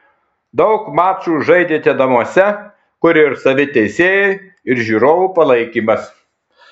daug mačų žaidėte namuose kur ir savi teisėjai ir žiūrovų palaikymas